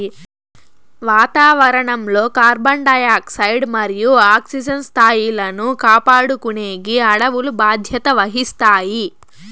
వాతావరణం లో carbon dioxide మరియు ఆక్సిజన్ స్థాయిలను కాపాడుకునేకి అడవులు బాధ్యత వహిస్తాయి